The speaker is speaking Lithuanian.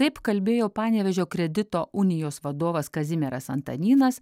taip kalbėjo panevėžio kredito unijos vadovas kazimieras antanynas